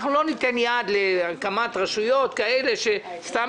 אנחנו לא ניתן יד להקמת רשויות כאלה שסתם